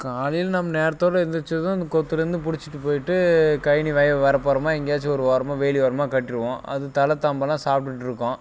காலையில் நம்ம நேரத்தோடு எந்திரிச்சதும் அந்த கொத்துலேருந்து பிடிச்சுட்டு போயிட்டு கயனி வயல் வரப்போரமாக எங்கேயாச்சும் ஒரு ஓரமாக வேலி ஓரமாக கட்டிருவோம் அது தலை தாம்பலாம் சாப்பிட்டுட்டுருக்கும்